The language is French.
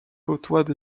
côtoient